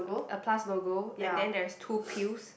a plus logo and then there's two pills